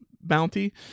bounty